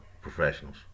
professionals